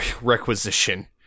requisition